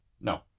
No